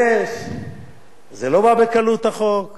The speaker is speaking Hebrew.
זה לא בא בקלות, החוק.